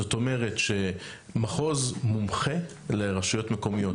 זאת אומרת שמחוז מומחה לרשויות מקומיות.